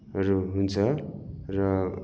हरू हुन्छ र